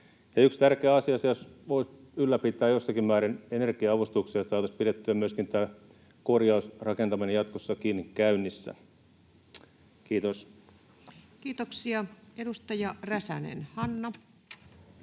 Yksi tärkeä asia on, että jos voi ylläpitää jossakin määrin energia-avustuksia, saataisiin pidettyä myöskin tämä korjausrakentaminen jatkossakin käynnissä. — Kiitos. Kiitoksia. — Edustaja Räsänen, Hanna.